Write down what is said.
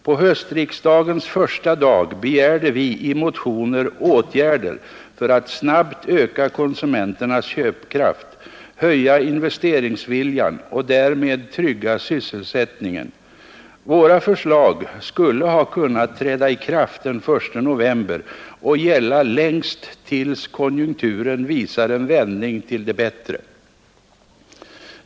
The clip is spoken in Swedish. På höstriksdagens första dag begärde vi i motioner åtgärder för att snabbt öka konsumenternas köpkraft, höja investeringsviljan och därmed trygga sysselsättningen. Våra förslag skulle ha kunnat träda i kraft den 1 november och gälla längst tills konjunkturen visar en vändning till det bättre.